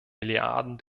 milliarden